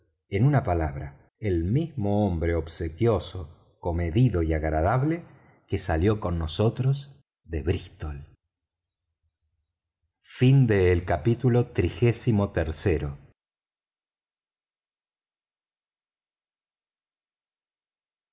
en una palabra el mismo hombre obsequioso comedido y agradable que salió con nosotros de brístol capítulo